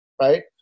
right